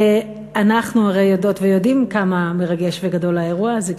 אנחנו הרי יודעות ויודעים כמה מרגש וגדול האירוע הזה,